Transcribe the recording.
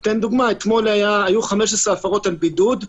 למשל, אתמול היו 15 הפרות של בידוד,